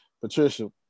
Patricia